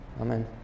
Amen